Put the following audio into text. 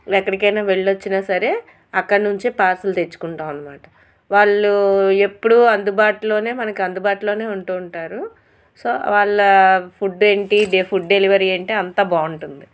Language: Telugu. ఎక్కడికైనా వెళ్ళి వచ్చినా సరే అక్కడినుండి పార్సల్ తెచ్చుకుంటాం అనమాట వాళ్ళు ఎప్పుడూ అందుబాటులోనే మనకు అందుబాటులోనే ఉంటుంటారు సో వాళ్ళ ఫుడ్ ఏమిటి ఫుడ్ డెలివరీ ఏమిటి అంత బాగుంటుంది